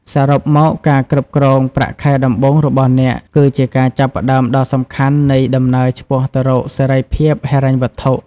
សរុបមក ការគ្រប់គ្រងប្រាក់ខែដំបូងរបស់អ្នក គឺជាការចាប់ផ្ដើមដ៏សំខាន់នៃដំណើរឆ្ពោះទៅរកសេរីភាពហិរញ្ញវត្ថុ។